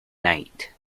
night